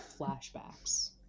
flashbacks